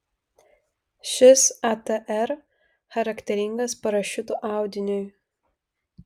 šis atr charakteringas parašiutų audiniui